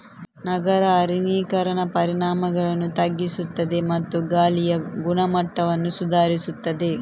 ನಗರ ಅರಣ್ಯೀಕರಣ ಪರಿಣಾಮಗಳನ್ನು ತಗ್ಗಿಸುತ್ತದೆ ಮತ್ತು ಗಾಳಿಯ ಗುಣಮಟ್ಟವನ್ನು ಸುಧಾರಿಸುತ್ತದೆ